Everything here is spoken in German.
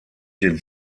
den